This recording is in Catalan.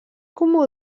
comú